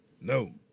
No